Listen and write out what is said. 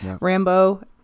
rambo